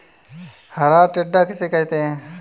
हरा टिड्डा किसे कहते हैं?